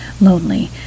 lonely